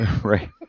Right